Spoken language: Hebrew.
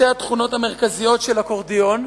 שתי התכונות המרכזיות של אקורדיון?